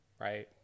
right